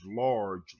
large